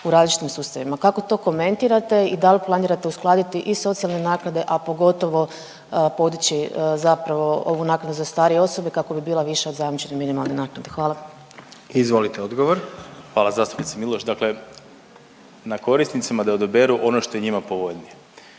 u različitim sustavima. Kako to komentirate i da li planirate uskladiti i socijalne naknade, a pogotovo podići zapravo ovu naknadu za starije osobe kako bi bila viša od zajamčene minimalne naknade. Hvala. **Jandroković, Gordan (HDZ)** Izvolite odgovor. **Vidiš, Ivan** Hvala zastupnice Miloš. Dakle, na korisnicima je da odaberu ono što je njima povoljnije.